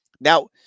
now